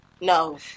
No